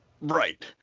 Right